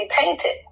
painted